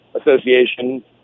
association